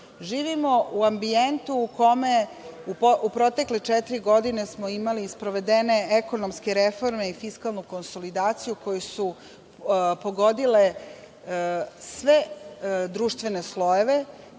Živimo u ambijentu u kome u protekle četiri godine smo imali sprovedene ekonomske reforme i fiskalnu konsolidaciju koje su pogodile sve društvene slojeve,